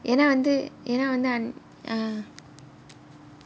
ஏனா வந்து ஏனா வந்து:yaenaa vanthu yaenaa vanthu